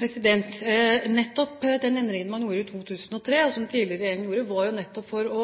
Den endringen som den tidligere regjeringen gjorde i 2003, var for nettopp å